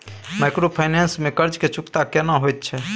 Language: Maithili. माइक्रोफाइनेंस में कर्ज के चुकता केना होयत छै?